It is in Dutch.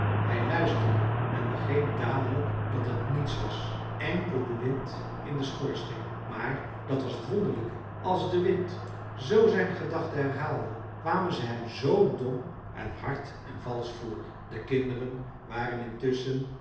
hij luisterde en begreep dadelijk dat het niets was enkel de wind in den schoorsteen maar dat was het wonderlijke als de wind zoo zijn gedachten herhaalde kwamen ze hem zoo dom en hard en valsch voor de kinderen waren intusschen